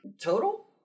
Total